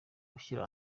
gushyira